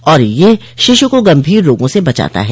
और यह शिशु को गंभीर रोगों से बचाता है